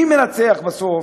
מי מנצח בסוף?